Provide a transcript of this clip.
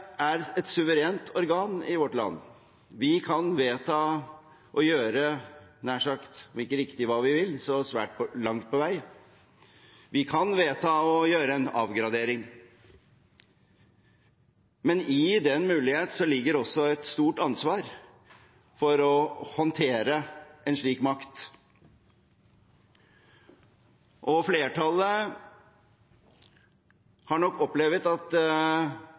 er et suverent organ i vårt land. Vi kan vedta – om ikke riktig hva vi vil, så i hvert fall langt på vei – hva vi vil. Vi kan vedta å gjøre en avgradering, men i den muligheten ligger det også et stort ansvar for å håndtere en slik makt. Flertallet har nok opplevd at